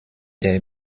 der